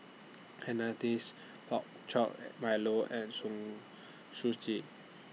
Hainanese Pork Chop Milo and Suji